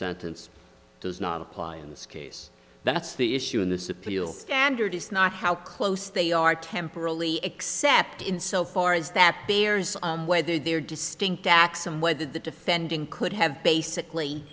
sentence does not apply in this case that's the issue in this appeal standard is not how close they are temporally except in so far as that bears whether they're distinct acts and whether the defending could have basically